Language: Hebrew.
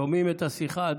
שומעים את השיחה עד